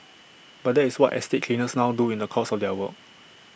but that is what estate cleaners now do in the course of their work